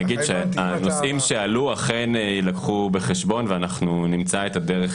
הנושאים שעלו אכן יילקחו בחשבון ואנחנו נמצא את הדרך